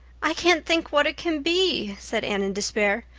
i can't think what it can be, said anne in despair,